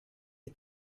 est